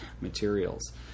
materials